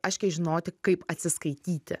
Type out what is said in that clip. aiškiai žinoti kaip atsiskaityti